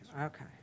Okay